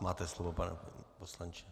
Máte slovo, pane poslanče.